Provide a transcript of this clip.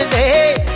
a